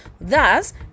Thus